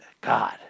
God